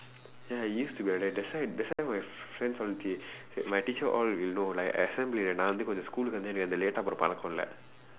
ya it used to be like that that's why that's why my friends all T_A my teacher all you know right assemblyillae வந்து:vandthu late-aa போகுற பழக்கம் எல்லாம் இல்ல:pookura pazhakkam ellaam illa